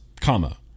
comma